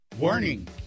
Warning